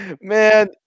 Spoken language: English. Man